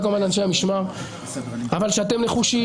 תודה גם על אנשי המשמר שאתם נחושים,